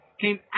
came